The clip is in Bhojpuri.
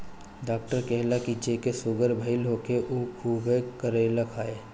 डॉक्टर कहेला की जेके सुगर भईल होखे उ खुबे करइली खाए